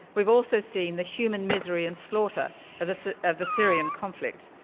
we've also seen the human misery and slaughter of the sort of the syrian conflict.